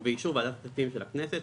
ובאישור ועדת הכספים של הכנסת,